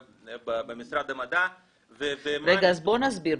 במשרד המדע ו --- רגע, אז בוא נסביר.